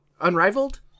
Unrivaled